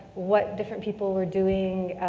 what different people were doing,